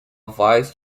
vice